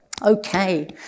Okay